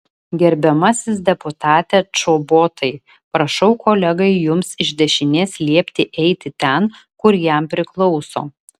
gerbiamasis deputate čobotai prašau kolegai jums iš dešinės liepti eiti ten kur jam priklauso